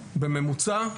בממוצע.